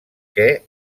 que